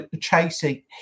chasing